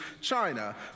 China